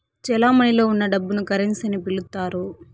చెలమణిలో ఉన్న డబ్బును కరెన్సీ అని పిలుత్తారు